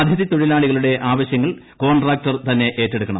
അതിഥി തൊഴിലാളികളുടെ ആവശ്യങ്ങൾ കോൺട്രാക്ടർ തന്നെ ഏറ്റെടുക്കണം